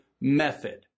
method